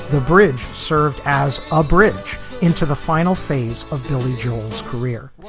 the bridge served as a bridge into the final phase of billy joel's career.